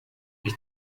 ich